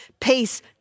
peace